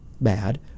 bad